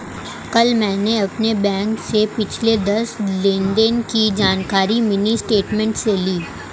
कल मैंने अपने बैंक से पिछले दस लेनदेन की जानकारी मिनी स्टेटमेंट से ली